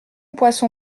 poisson